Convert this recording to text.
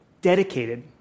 dedicated